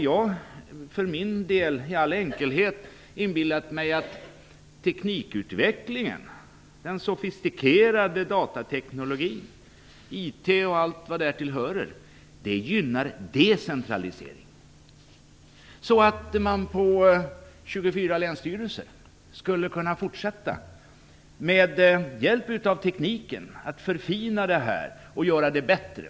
Jag för min del hade i all enkelhet inbillat mig att teknikutvecklingen, den sofistikerade datateknologin, IT och allt vad därtill hör, gynnar decentralisering, så att man på 24 länsstyrelser med hjälp av tekniken skulle kunna fortsätta att förfina det här och göra det bättre.